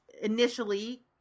initially